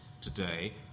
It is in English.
today